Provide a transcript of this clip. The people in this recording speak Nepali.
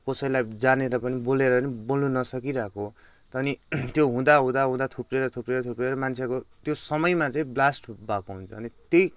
कसैलाई जानेर पनि बोलेर पनि बोल्न नसकिरहेको त्यो हुँदा हुँदा थुप्रेर थुप्रेर थुप्रेर मान्छेको त्यो समयमा चाहिँ ब्लास्ट भएको हुन्छ अनि त्यही